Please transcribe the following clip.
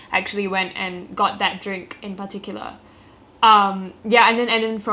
um ya and then and then from every every visit after that he make sure to check